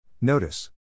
Notice